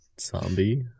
Zombie